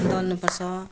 दल्नुपर्छ